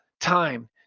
time